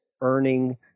earning